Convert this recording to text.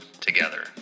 together